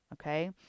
Okay